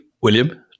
William